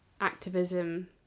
activism